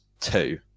two